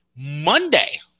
Monday